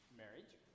marriage